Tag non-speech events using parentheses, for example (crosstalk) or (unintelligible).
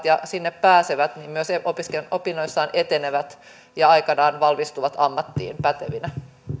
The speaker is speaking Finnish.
(unintelligible) ja sinne pääsevät myöskin opinnoissaan etenevät ja aikanaan valmistuvat ammattiin pätevinä